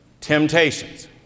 temptations